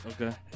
Okay